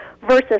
versus